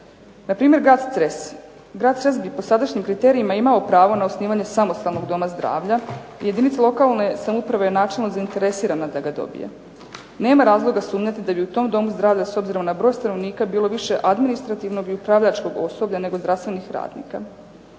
Npr. grad Cres, grad Cres bi po sadašnjim kriterijima imao pravo na osnivanje samostalnog doma zdravlja i jedinica lokalne samouprave je načelno zainteresirana da ga dobije. Nema razloga sumnjati da bi u tom domu zdravlja s obzirom na broj stanovnika bilo više administrativnog i upravljačkog osoblja nego zdravstvenih radnika.